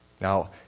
Now